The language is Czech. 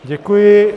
Děkuji.